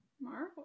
Marvel